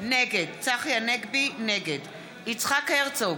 נגד יצחק הרצוג,